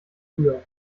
früher